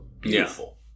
Beautiful